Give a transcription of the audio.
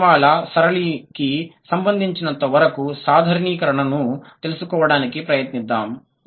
పద క్రమాల సరళికి సంబంధించినంత వరకు సాధారణీకరణను తెలుసుకోవడానికి ప్రయత్నిద్దాం